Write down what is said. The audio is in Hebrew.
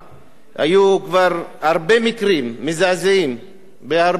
היו כבר הרבה מקרים מזעזעים בהרבה יישובים,